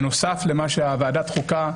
בנוסף למה שוועדת החוקה עושה,